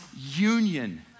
union